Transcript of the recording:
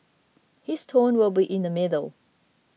his tone will be in the middle